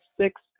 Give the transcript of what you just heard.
six